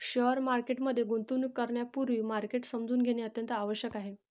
share market मध्ये गुंतवणूक करण्यापूर्वी मार्केट समजून घेणे अत्यंत आवश्यक आहे